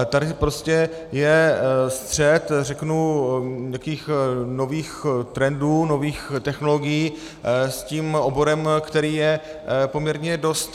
Tady prostě je střet, řeknu, takových nových trendů, nových technologií s tím oborem, který je poměrně dost...